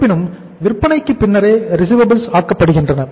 இருப்பினும் விற்பனைக்கு பின்னரே ரிசிவபில்ஸ் ஆக்கப்படுகின்றன